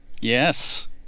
Yes